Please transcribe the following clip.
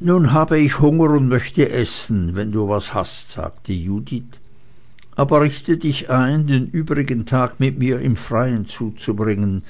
nun habe ich hunger und möchte essen wenn du was hast sagte judith aber richte dich ein den übrigen tag mit mir im freien zuzubringen